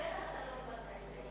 בטח אתה לא הבנת את זה.